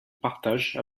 partage